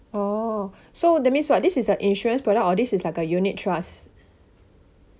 oh so that means what this is an insurance product or this is like a unit trust